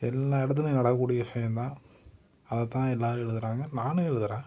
எல்லா இடத்துலையும் நடக்கூடிய விஷயந்தான் அதைத்தான் எல்லாரும் எழுதுகிறாங்க நானும் எழுதுகிறேன்